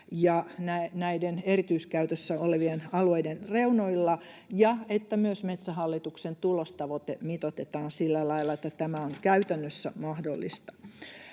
ja näiden erityiskäytössä olevien alueiden reunoilla ja että myös Metsähallituksen tulostavoite mitoitetaan sillä lailla, että tämä on käytännössä mahdollista.